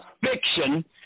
fiction